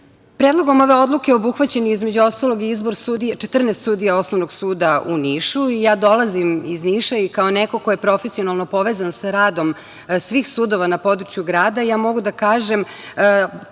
sudije. Predlogom ove odluke obuhvaćen je, između ostalog, i izbor 14 sudija Osnovnog suda u Nišu. Ja dolazim iz Niša i kao neko ko je profesionalno povezan sa radom svih sudija na području grada ja mogu da kažem